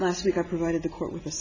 last week i provided the court with